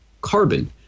carbon